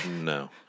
No